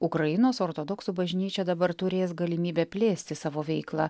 ukrainos ortodoksų bažnyčia dabar turės galimybę plėsti savo veiklą